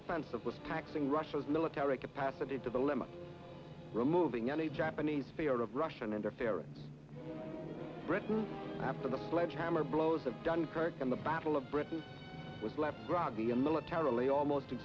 offensive was taxing russia's military capacity to the limit removing any japanese fear of russian interference written after the pledge hammer blows of dunkirk in the battle of britain was left groggy and militarily almost